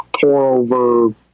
pour-over